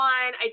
one